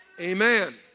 Amen